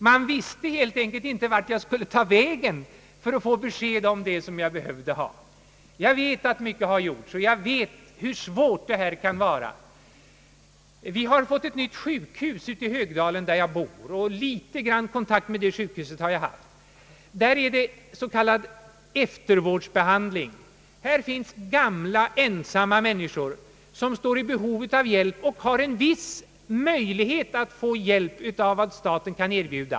Man visste helt enkelt inte var jag skulle få besked. Jag är medveten om att mycket har gjorts och vilka svårigheter som föreligger. Vi har fått ett nytt sjukhus i Högdalen där jag bor. Jag har haft en smula kontakt med det sjukhuset. Här förekommer s.k. eftervårdsbehandling. Här finns gamla ensamma människor som är i behov av hjälp. De har här en viss möjlighet att bli hjälpta genom statens försorg.